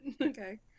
okay